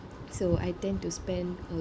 so I tend to spend